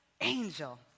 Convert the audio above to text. angel